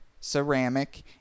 ceramic